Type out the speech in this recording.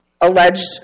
alleged